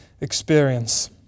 experience